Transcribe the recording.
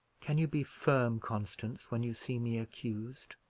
can you be firm, constance, when you see me accused?